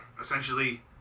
essentially